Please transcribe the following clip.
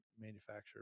manufacturer